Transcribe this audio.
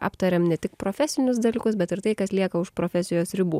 aptariam ne tik profesinius dalykus bet ir tai kas lieka už profesijos ribų